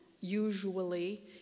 usually